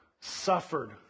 Suffered